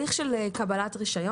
לגבי הליך של קבלת רישיון,